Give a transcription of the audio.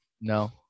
No